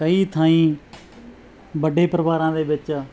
ਕਈ ਥਾਈਂ ਵੱਡੇ ਪਰਿਵਾਰਾਂ ਦੇ ਵਿੱਚ